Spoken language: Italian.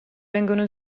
vengono